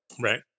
right